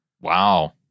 Wow